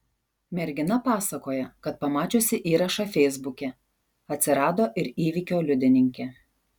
mergina pasakoja kad pamačiusi įrašą feisbuke atsirado ir įvykio liudininkė